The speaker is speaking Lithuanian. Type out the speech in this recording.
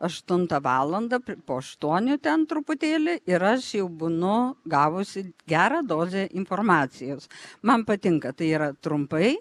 aštuntą valandą po aštuonių ten truputėlį ir aš jau būnu gavusi gerą dozę informacijos man patinka tai yra trumpai